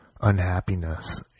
unhappiness